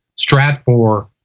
Stratfor